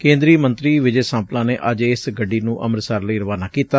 ਕੇਂਦਰੀ ਮੰਤਰੀ ਵਿਜੈ ਸਾਂਪਲਾ ਨੇ ਅੱਜ ਇਸ ਗੱਡੀ ਨੂੰ ਅੰਮੁਤਸਰ ਲਈ ਰਵਾਨਾ ਕੀਤਾ